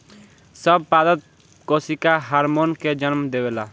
सब पादप कोशिका हार्मोन के जन्म देवेला